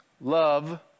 love